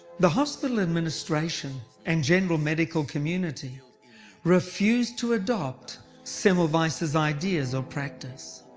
the hospital administration and general medical community refused to adopt semmelweis' ideas of practise.